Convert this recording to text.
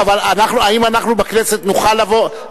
אבל האם אנחנו בכנסת נוכל לבוא,